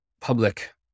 public